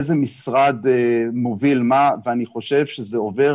איזה משרד מוביל מה ואני חושב שזה עובר,